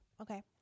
Okay